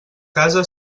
casa